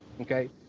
Okay